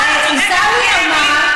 את צודקת.